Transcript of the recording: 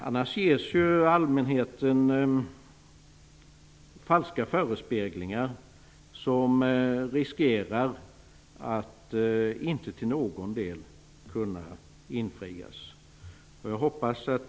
Annars ger man ju allmänheten falska förespeglingar som man riskerar att inte till någon del kunna infria.